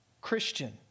Christian